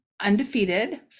undefeated